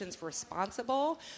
Responsible